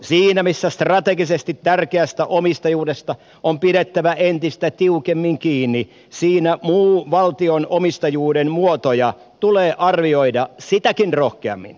siinä missä strategisesti tärkeästä omistajuudesta on pidettävä entistä tiukemmin kiinni siinä muun valtion omistajuuden muotoja tulee arvioida sitäkin rohkeammin